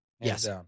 yes